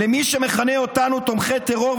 למי שמכנה אותנו "תומכי טרור"